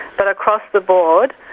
but across the board,